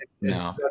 no